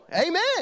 Amen